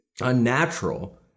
unnatural